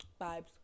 Vibes